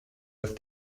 with